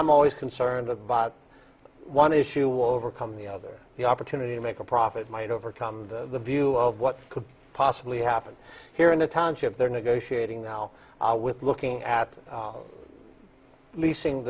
i'm always concerned about one issue will overcome the other the opportunity to make a profit might overcome the view of what could possibly happen here in the township they're negotiating now with looking at leasing